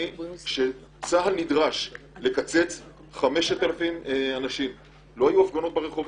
כצה"ל נדרש לקצץ 5,000 אנשים לא היו הפגנות ברחובות,